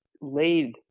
laid